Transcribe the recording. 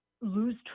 lose